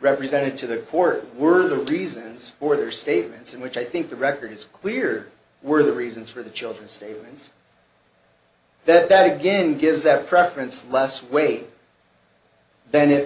represented to the poor were the reasons for their statements and which i think the record is clear were the reasons for the children statements that again gives that preference less weight then if